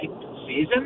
season